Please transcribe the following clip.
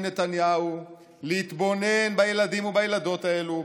נתניהו להתבונן בילדים ובילדות האלו,